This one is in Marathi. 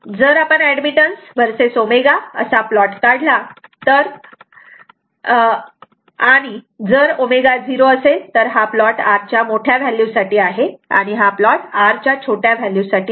जर आपण ऍडमिटन्स वर्सेस ω admittance verses ω असा प्लॉट काढला आणि जर ही ω0 असेल तर हा प्लॉट R च्या मोठ्या व्हॅल्यू साठी आहे आणि हा प्लॉट R च्या छोट्या व्हॅल्यू साठी आहे